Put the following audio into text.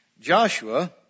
Joshua